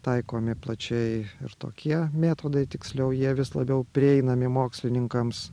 taikomi plačiai ir tokie metodai tiksliau jie vis labiau prieinami mokslininkams